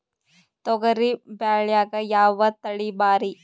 ತೊಗರಿ ಬ್ಯಾಳ್ಯಾಗ ಯಾವ ತಳಿ ಭಾರಿ?